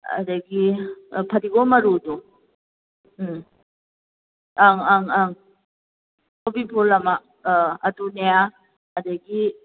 ꯑꯗꯒꯤ ꯐꯗꯤꯒꯣꯝ ꯃꯔꯨꯗꯣ ꯎꯝ ꯑꯪ ꯑꯪ ꯑꯪ ꯀꯣꯕꯤ ꯐꯨꯜ ꯑꯃ ꯑꯗꯨꯅꯦ ꯑꯗꯒꯤ